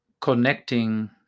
connecting